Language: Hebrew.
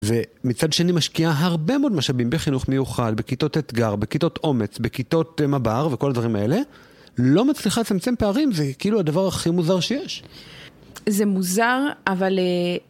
ומצד שני משקיעה הרבה מאוד משאבים בחינוך מיוחד, בכיתות אתגר, בכיתות אומץ, בכיתות מב"ר וכל הדברים האלה. לא מצליחה לסמצם פערים, זה כאילו הדבר הכי מוזר שיש. זה מוזר, אבל...